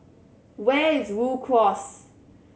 where is Rhu Cross